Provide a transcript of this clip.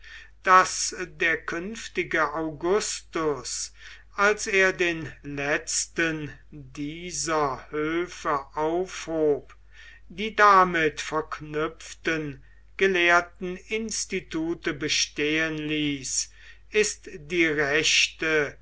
daß der künftige augustus als er den letzten dieser höfe aufhob die damit verknüpften gelehrten institute bestehen ließ ist die rechte